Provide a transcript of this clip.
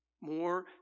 more